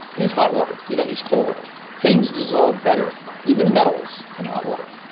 use hot water, you don't use cold water. things dissolve better, even metals, in hot water.